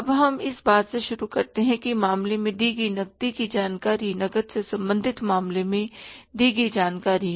अब हम इस बात से शुरू करते हैं कि मामले में दी गई नकदी की जानकारी नकद से संबंधित मामले में दी गई जानकारी है